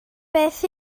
beth